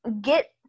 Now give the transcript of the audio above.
get